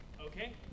Okay